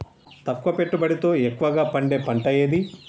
తక్కువ పెట్టుబడితో ఎక్కువగా పండే పంట ఏది?